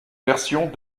versions